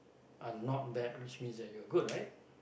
are not bad which means you're good right